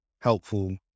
helpful